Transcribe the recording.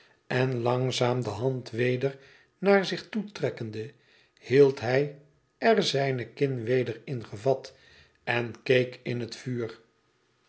en langzaam de wederzijdsche vriend weder naar zich toetrekkende hield hij er zijne kin weder in gevat en keek in het vuur